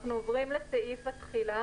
נצביע על תיקון תקנה 18 לתקנות העיקריות.